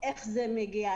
איך זה מגיע,